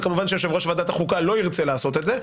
וכמובן שיושב-ראש ועדת החוקה לא ירצה לעשות את זה.